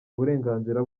uburenganzira